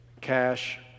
Cash